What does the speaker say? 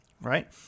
right